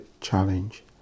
challenge